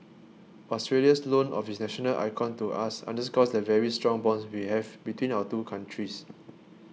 Australia's loan of its national icon to us underscores the very strong bonds we have between our two countries